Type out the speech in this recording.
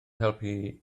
helpu